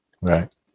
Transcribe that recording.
Right